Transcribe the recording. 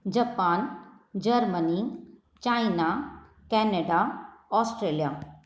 Japan Germany China Canada Australia